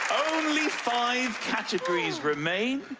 only five categories remain.